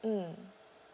mm